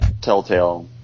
Telltale